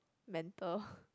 mental